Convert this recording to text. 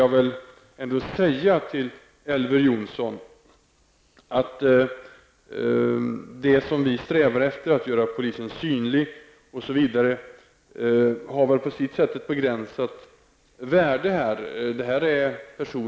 Jag vill vidare säga till Elver Jonsson att den strävan som vi har att göra polisen synlig osv. väl har ett begränsat värde i detta sammanhang.